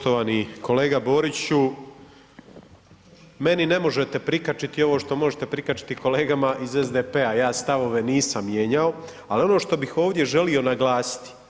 Poštovani kolega Boriću, meni ne možete prikačiti ovo što možete prikačiti kolegama iz SDP-a, ja stavove nisam mijenjao, ali ono što bih ovdje želio naglasiti.